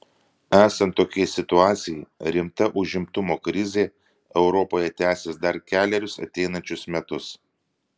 esant tokiai situacijai rimta užimtumo krizė europoje tęsis dar kelerius ateinančius metus